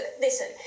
listen